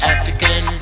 African